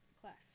Class